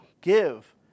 give